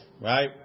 right